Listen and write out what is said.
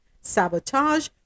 sabotage